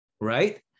right